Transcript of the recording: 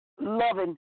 loving